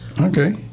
Okay